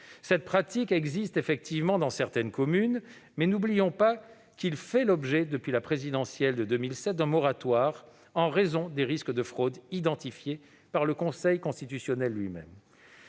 Cette pratique existe effectivement dans certaines communes, mais n'oublions pas que ce principe fait l'objet, depuis la présidentielle de 2007, d'un moratoire en raison des risques de fraude identifiés par le Conseil constitutionnel lui-même.